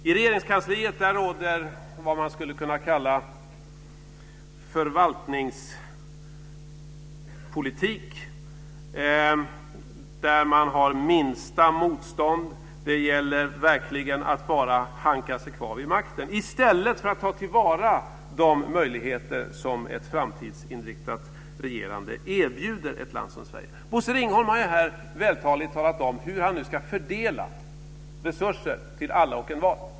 I Regeringskansliet råder vad man skulle kunna kalla en förvaltningspolitik enligt minsta motståndets lag. Det gäller bara att hanka sig kvar vid makten i stället för att ta till vara de möjligheter som ett framtidsinriktat regerande erbjuder ett land som Bosse Ringholm har här vältaligt talat om hur han nu ska fördela resurser till alla och envar.